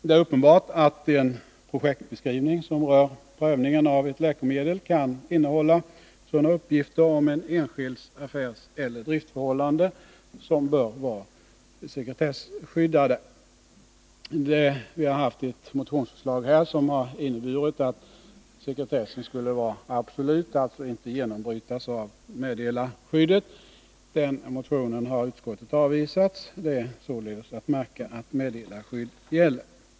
Det är uppenbart att en projektbeskrivning som rör prövningen av ett läkemedel kan innehålla sådana uppgifter om en enskilds affärseller driftförhållanden som bör vara sekretesskyddade: Vi har haft ett motionsförslag här som innebar att sekretessen skulle vara absolut och alltså inte genombrytas av meddelarskyddet. Den motionen har utskottet avvisat. Det är således att märka att meddelarskydd gäller.